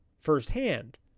firsthand